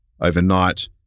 overnight